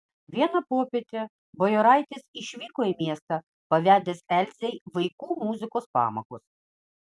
vieną popietę bajoraitis išvyko į miestą pavedęs elzei vaikų muzikos pamokas